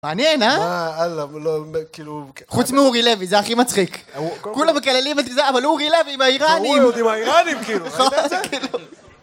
מעניין, אה? אה, אללה, לא, כאילו... חוץ מאורי לוי, זה הכי מצחיק. כולם מקללים את זה, אבל אורי לוי עם האיראנים... קוראים אותי עם האיראנים, כאילו, חתכת את זה?